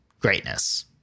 greatness